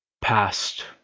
past